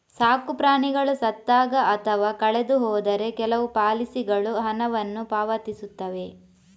ಸಾಕು ಪ್ರಾಣಿಗಳು ಸತ್ತಾಗ ಅಥವಾ ಕಳೆದು ಹೋದರೆ ಕೆಲವು ಪಾಲಿಸಿಗಳು ಹಣವನ್ನು ಪಾವತಿಸುತ್ತವೆ